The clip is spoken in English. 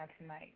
tonight